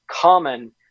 common